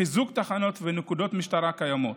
חיזוק תחנות ונקודות משטרה קיימות,